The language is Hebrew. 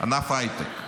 ענף ההייטק.